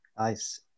Nice